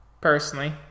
personally